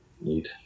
need